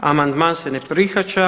Amandman se ne prihvaća.